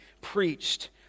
preached